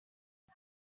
det